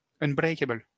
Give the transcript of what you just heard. unbreakable